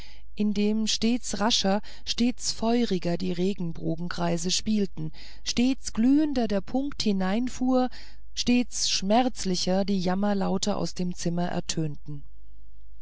indem stets rascher stets feuriger die regenbogenkreise spielten stets glühender der punkt hineinfuhr stets schmerzlicher die jammerlaute aus dem zimmer ertönten